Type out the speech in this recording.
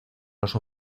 los